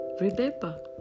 Remember